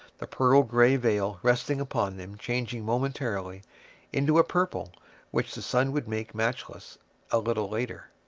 the pearl-gray veil resting upon them changing momentarily into a purple which the sun would make matchless a little later.